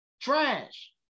trash